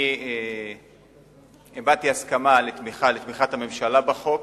אני הבעתי הסכמה לתמיכת הממשלה בחוק.